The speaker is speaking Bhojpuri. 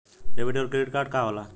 डेबिट और क्रेडिट कार्ड का होला?